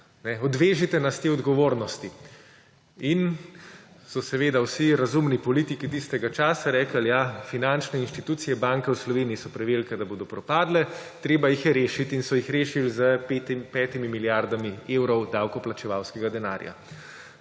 Odvežite nas te odgovornosti. In so seveda vsi razumni politiki tistega časa rekli, ja, finančne institucije, banke v Sloveniji so prevelike, da bodo propadle, treba jih je rešiti. In so jih rešili s 5 milijardami evrov davkoplačevalskega denarja.